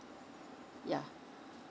yeah